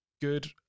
good